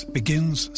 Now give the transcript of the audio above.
begins